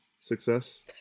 success